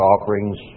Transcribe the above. offerings